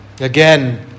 Again